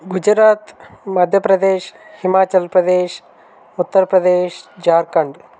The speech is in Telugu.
గుజరాత్ మధ్యప్రదేశ్ హిమాచల్ ప్రదేశ్ ఉత్తరప్రదేశ్ ఝార్ఖండ్